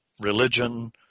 religion